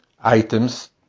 items